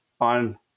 on